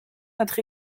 notre